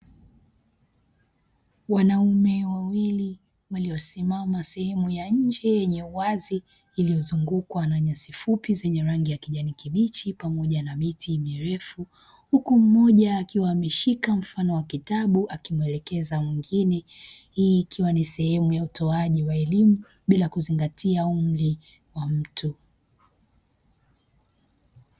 Wanaume wawili, waliosimama sehemu ya nje yenye uwazi, iliyozungukwa na nyasi fupi zenye rangi ya kijani kibichi, pamoja na miti mirefu. Huku mmoja akiwa ameshika mfano wa kitabu, akimwelekeza mwengine. Hii ikiwa ni sehemu ya utoaji wa elimu, bila kuzingatia umri wa mtu.